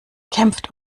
kämpft